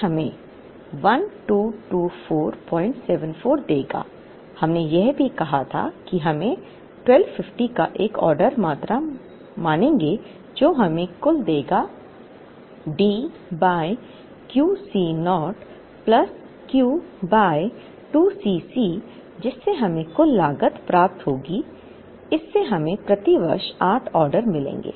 तो यह हमें 122474 देगा हमने यह भी कहा था कि हम 1250 का एक ऑर्डर मात्रा मानेंगे जो हमें कुल देगा D by QC naught plus Q by 2 Cc जिससे हमें कुल लागत प्राप्त होगी इससे हमें प्रति वर्ष 8 ऑर्डर मिलेंगे